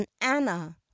anna